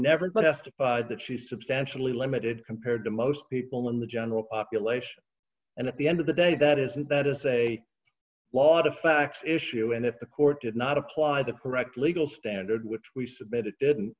asked that she's substantially limited compared to most people in the general population and at the end of the day that isn't that is a lot of facts issue and if the court did not apply the correct legal standard which we submit it didn't